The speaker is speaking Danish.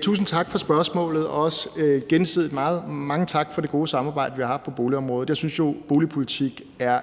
Tusind tak for spørgsmålet, og også mange tak – det er gensidigt – for det gode samarbejde, vi har haft på boligområdet. Jeg synes jo, at boligpolitik er